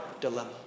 dilemma